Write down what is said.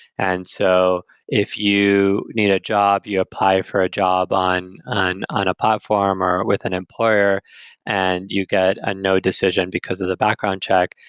and so if you need a job, you apply for a job on on a platform or with an employer and you get a no decision because of the background check,